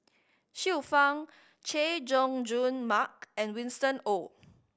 Xiu Fang Chay Jung Jun Mark and Winston Oh